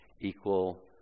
equal